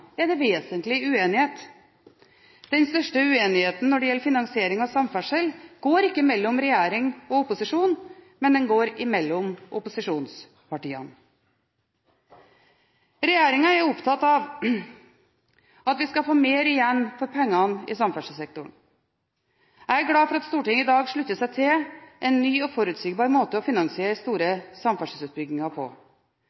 er det vesentlig uenighet. Den største uenigheten når det gjelder finansiering av samferdsel, går ikke mellom regjering og opposisjon, men den går mellom opposisjonspartiene. Regjeringen er opptatt av at vi skal få mer igjen for pengene i samferdselssektoren. Jeg er glad for at Stortinget i dag slutter seg til en ny og forutsigbar måte å finansiere store